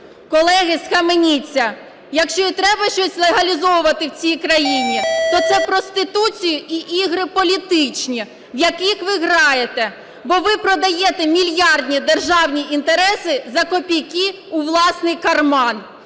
Колеги, схаменіться! Якщо і треба щось легалізовувати в цій країні, то це проституцію і ігри політичні, в які ви граєте, бо ви продаєте мільярдні державні інтереси за копійки у власний карман.